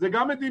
זו גם מדיניות.